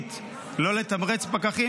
החליט לא לתמרץ פקחים,